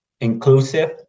inclusive